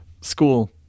school